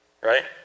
Right